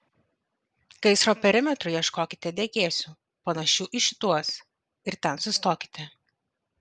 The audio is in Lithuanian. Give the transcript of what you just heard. gaisro perimetru ieškokite degėsių panašių į šituos ir ten sustokite